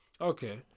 Okay